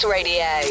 Radio